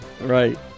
Right